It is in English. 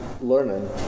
learning